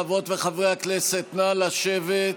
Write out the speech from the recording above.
חברות וחברי הכנסת, נא לשבת.